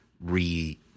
re